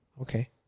Okay